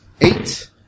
Eight